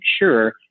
sure